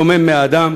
שומם מאדם,